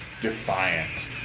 defiant